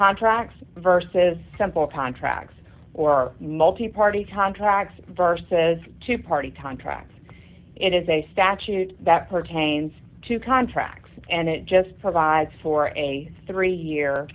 contracts versus simple contracts or multi party time tracks versus two party contracts it is a statute that pertains to contracts and it just provides for a three year